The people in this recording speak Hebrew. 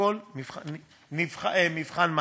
מכל מבחן מעשי.